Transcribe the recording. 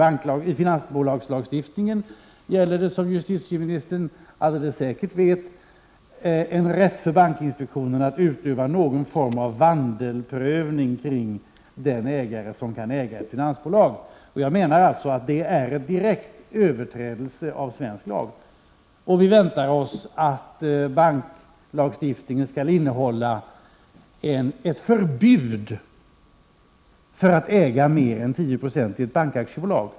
Enligt finansbolagslagstiftningen har, vilket justitieministern alldeles säkert känner till, bankinspektionen rätt att utöva någon form av vandelprövning när det gäller den ägare som äger ett finansbolag. Jag menar att detta är en direkt överträdelse av svensk lagstiftning. Vi väntar oss också att banklagstiftningen kommer att innehålla ett förbud mot att äga mer än 10 96 av ett bankaktiebolag.